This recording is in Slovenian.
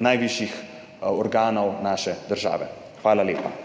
MAG. URŠKA KLAKOČAR ZUPANČIČ:**